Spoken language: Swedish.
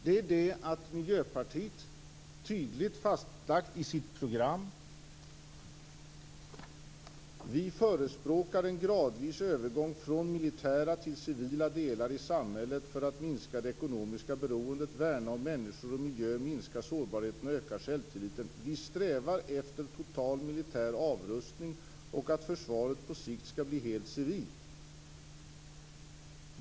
Det är det som Miljöpartiet tydligt fastlägger i sitt program: "Vi förespråkar en gradvis övergång från militära till civila delar i samhället för att minska det ekonomiska beroendet, värna om människor och miljö, minska sårbarheten och öka självtilliten. Vi strävar efter total militär avrustning och att försvaret på sikt ska bli helt civilt."